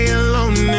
alone